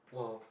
!wow!